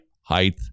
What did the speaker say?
height